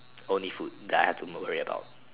only food that I have to worry about